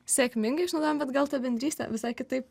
sėkmingai išnaudojom bet gal ta bendrystė visai kitaip